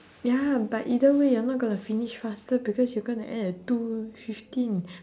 ya but either way you're not gonna finish faster because you're gonna end at two fifteen